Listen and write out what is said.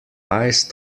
iced